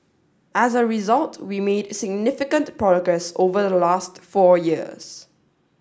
as a result we made significant progress over the last four years